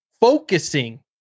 focusing